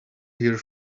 here